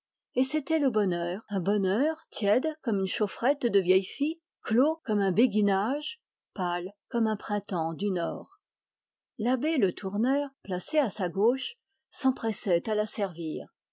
et c'était le bonheur un bonheur tiède comme une chaufferette de vieille fille clos comme un béguinage pâle comme un printemps du nord l'abbé le tourneur placé à sa gauche s'empressait à la servir